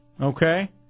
okay